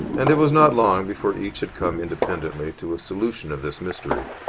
and it was not long before each had come independently to a solution of this mystery.